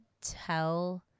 tell